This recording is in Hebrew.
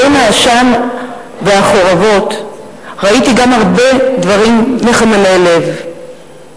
בין העשן והחורבות ראיתי גם הרבה דברים מחממי לב.